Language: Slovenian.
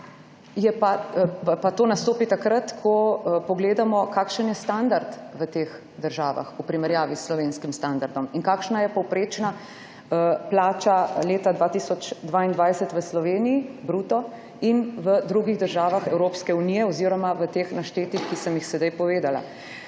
to nastopi takrat, ko pogledamo, kakšen je standard v teh državah, v primerjavi s slovenskim standardom, in kakšna je povprečna bruto plača leta 2022 v Sloveniji in v drugih državah Evropske unije oziroma v prej naštetih. V Sloveniji je povprečna